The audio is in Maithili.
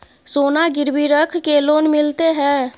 सोना गिरवी रख के लोन मिलते है?